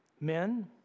Men